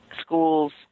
Schools